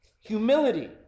humility